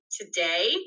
today